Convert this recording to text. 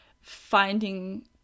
finding